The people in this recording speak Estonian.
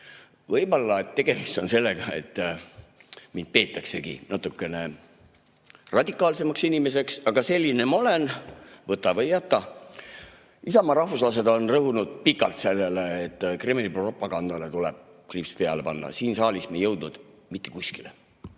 Võib-olla tegemist on sellega, et mind peetaksegi natukene radikaalsemaks inimeseks, aga selline ma olen, võta või jäta. Isamaa rahvuslased on rõhunud pikalt sellele, et Kremli propagandale tuleb kriips peale tõmmata. Siin saalis me ei jõudnud mitte kuskile,